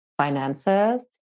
finances